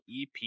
EP